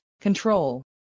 control